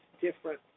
different